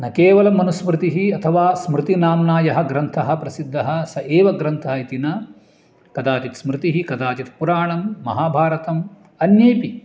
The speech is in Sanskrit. न केवलं मनुस्मृतिः अथवा स्मृतिनाम्ना यः ग्रन्थः प्रसिद्धः स एव ग्रन्थः इति न कदाचित् स्मृतिः कदाचित् पुराणं महाभारतम् अन्येऽपि